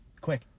quick